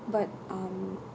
but um